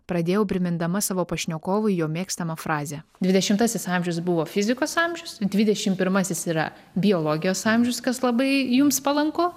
pradėjau primindama savo pašnekovui jo mėgstamą frazę dvidešimtasis amžius buvo fizikos amžius dvidešim pirmasis yra biologijos amžius kas labai jums palanku